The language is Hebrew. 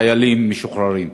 חיילים משוחררים.